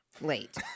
late